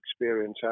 experience